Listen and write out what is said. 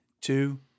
two